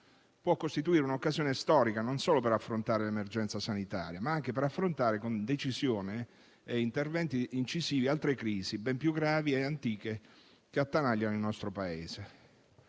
può costituire un'occasione storica per affrontare non solo l'emergenza sanitaria, ma anche, con decisione e interventi incisivi, altre crisi ben più gravi e antiche che attanagliano il nostro Paese.